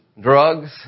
drugs